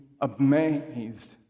amazed